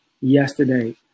yesterday